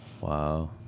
Wow